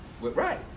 Right